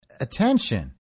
attention